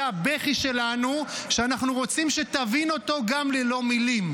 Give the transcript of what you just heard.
זה הבכי שלנו שאנחנו רוצים שתבין אותו גם ללא מילים.